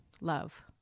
love